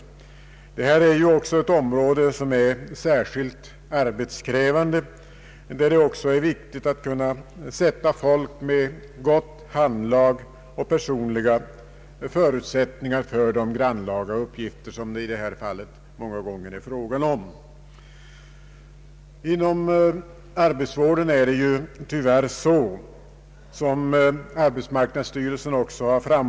Detta är också ett område som är särskilt arbetskrävande och där det är viktigt att kunna placera folk med gott handlag och personella förutsättningar för de grannlaga uppgifter som det i detta fall många gånger är fråga om.